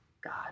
God